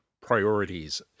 priorities